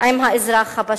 עם האזרח הפשוט.